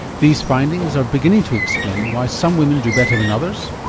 these findings are beginning to explain why some women do better than others,